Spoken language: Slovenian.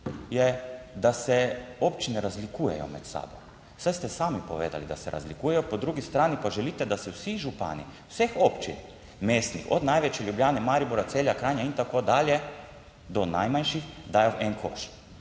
je, da se občine razlikujejo med sabo. Saj ste sami povedali, da se razlikujejo, po drugi strani pa želite, da se vsi župani vseh občin mestnih od največje Ljubljane, Maribora, Celja, Kranja in tako dalje, do najmanjših dajo v en koš.